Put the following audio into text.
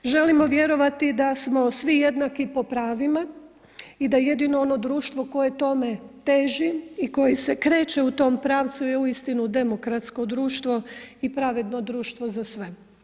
Želimo vjerovati da smo svi jednaki po pravima i da jedino ono društvo koje tome teži i koje se kreće u tom pravcu je uistinu demokratsko društvo i pravedno društvo za sve.